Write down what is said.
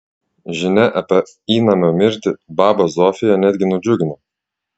žinia apie įnamio mirtį babą zofiją netgi nudžiugino